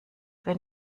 wenn